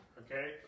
okay